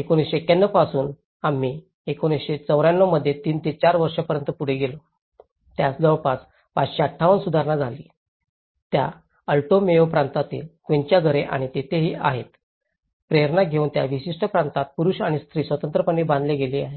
1991 पासून आम्ही १ 1994 मध्ये 3 ते 4 वर्षांपर्यंत पुढे गेलो त्यात जवळपास 558 सुधारणा झाली त्या अल्टो मेयो प्रांतातील क्विन्चा घरे आणि तेथेही आहेत प्रेरणा घेऊन त्या विशिष्ट प्रांतात पुरूष आणि स्त्रिया स्वतंत्रपणे बांधले गेले आहेत